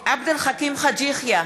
עבד אל חכים חאג' יחיא,